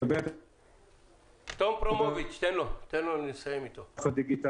ממה שקיים בנהיגה בתוך ישראל בתקנה 168. שלא ייסע לאירופה.